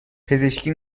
پزشکی